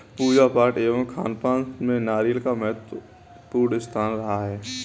पूजा पाठ एवं खानपान में नारियल का महत्वपूर्ण स्थान रहा है